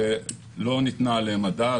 שלא ניתנה עליהן הדעת.